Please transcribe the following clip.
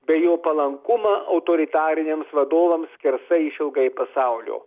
bei jo palankumą autoritariniams vadovams skersai išilgai pasaulio